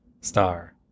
Star